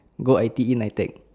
go I_T_E N_I_T_E_C